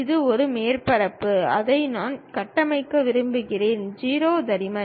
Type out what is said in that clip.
இது ஒரு மேற்பரப்பு அதை நாம் கட்டமைக்க விரும்புகிறோம் 0 தடிமன்